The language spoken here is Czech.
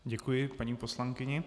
Děkuji paní poslankyni.